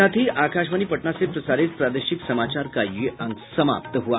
इसके साथ ही आकाशवाणी पटना से प्रसारित प्रादेशिक समाचार का ये अंक समाप्त हुआ